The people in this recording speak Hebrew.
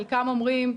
חלקם אומרים: